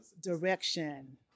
direction